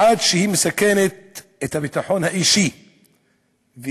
עד שהיא מסכנת את הביטחון האישי והקולקטיבי